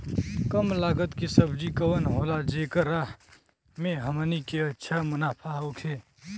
कम लागत के सब्जी कवन होला जेकरा में हमनी के अच्छा मुनाफा होखे?